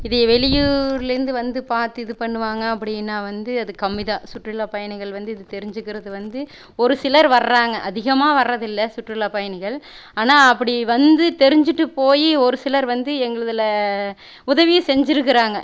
இதை வெளியூரிலேந்து வந்து பார்த்து இது பண்ணுவாங்க அப்படின்னா வந்து அது கம்மி தான் சுற்றுலாப் பயணிகள் வந்து இது தெரிஞ்சுக்கிறது வந்து ஒரு சிலர் வர்றாங்க அதிகமாக வர்றதில்லை சுற்றுலாப் பயணிகள் ஆனால் அப்படி வந்து தெரிஞ்சுட்டு போய் ஒரு சிலர் வந்து எங்களுதில உதவியும் செஞ்சுருக்கறாங்க